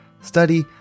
study